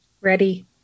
Ready